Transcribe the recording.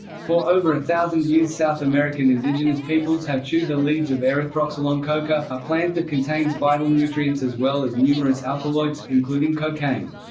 for over a thousand years south american indigenous peoples have chewed the leaves of erythroxylon coca, a plant that contains vital nutrients as well as numerous alkaloids, including cocaine.